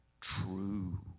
true